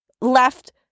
left